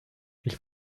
ich